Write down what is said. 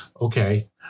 okay